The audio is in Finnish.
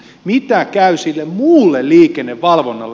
mitä käy sille muulle liikennevalvonnalle